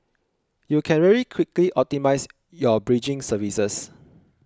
you can very quickly optimise your bridging services